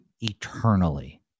eternally